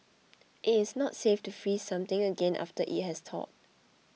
it is not safe to freeze something again after it has thawed